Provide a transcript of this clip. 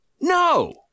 No